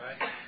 Right